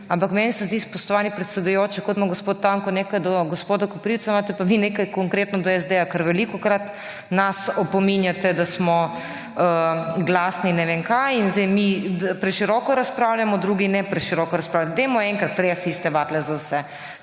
ampak meni se zdi, spoštovani predsedujoči, da kot ima gospod Tanko nekaj do gospoda Koprivca, imate pa vi nekaj konkretno do SD, ker nas velikokrat opominjate, da smo glasni in ne vem kaj. In zdaj mi preširoko razpravljamo, drugi ne razpravljajo preširoko. Dajmo enkrat res iste vatle za vse.